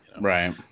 Right